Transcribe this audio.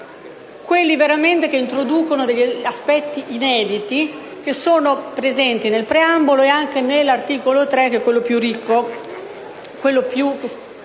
che introducono davvero aspetti inediti e che sono presenti nel preambolo e nell'articolo 3, che è quello più ricco